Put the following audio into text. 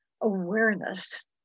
awareness